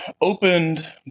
Opened